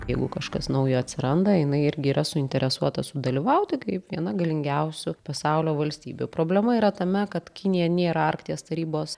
jeigu kažkas naujo atsiranda jinai irgi yra suinteresuota sudalyvauti kaip viena galingiausių pasaulio valstybių problema yra tame kad kinija nėra arkties tarybos